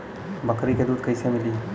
बकरी क दूध कईसे मिली?